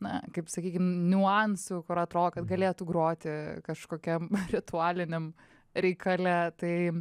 na kaip sakykim niuansų kur atrodo kad galėtų groti kažkokiam ritualiniam reikale tai